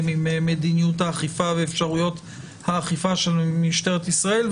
עם מדיניות האכיפה ואפשרויות האכיפה של משטרת ישראל,